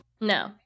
no